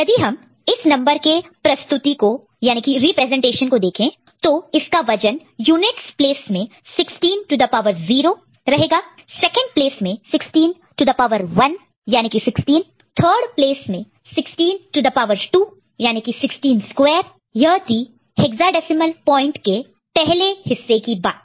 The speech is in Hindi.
यदि हम इस नंबर के प्रस्तुति रिप्रेजेंटेशन representation को देखें तो इसका वजन वेट weight यूनिट प्लेस में 16 टू द पावर 0 रहेगा सेकंड प्लेस में 16 टू द पावर 1 याने की 16 थर्ड प्लेस में 16 टू द पावर 2 याने की 16 स्क्वेयर यह थी हेक्साडेसिमल पॉइंट के पहले के हिस्से की बात